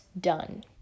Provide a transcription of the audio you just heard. done